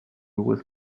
was